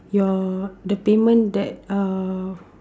your the payment that uh